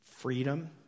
Freedom